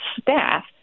staff